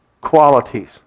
qualities